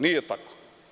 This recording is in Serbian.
Nije tako.